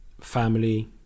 family